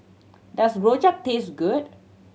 does rojak taste good